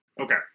okay